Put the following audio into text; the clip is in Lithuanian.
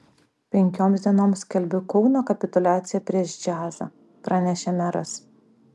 penkioms dienoms skelbiu kauno kapituliaciją prieš džiazą pranešė meras